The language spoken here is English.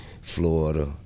Florida